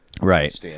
right